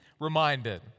reminded